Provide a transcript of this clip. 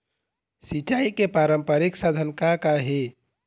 सिचाई के पारंपरिक साधन का का हे?